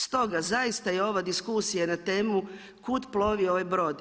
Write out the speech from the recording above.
Stoga zaista je ova diskusija na temu kud plovi ovaj brod.